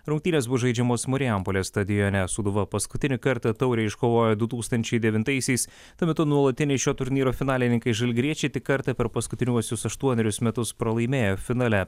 rungtynės bus žaidžiamos marijampolės stadione sūduva paskutinį kartą taurę iškovojo du tūkstančiai devintaisiais tuo metu nuolatiniai šio turnyro finalininkai žalgiriečiai tik kartą per paskutiniuosius aštuonerius metus pralaimėjo finale